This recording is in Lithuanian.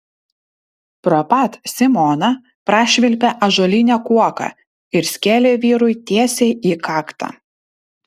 pro pat simoną prašvilpė ąžuolinė kuoka ir skėlė vyrui tiesiai į kaktą